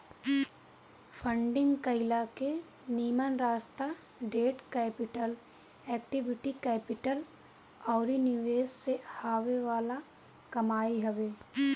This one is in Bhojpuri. फंडिंग कईला के निमन रास्ता डेट कैपिटल, इक्विटी कैपिटल अउरी निवेश से हॉवे वाला कमाई हवे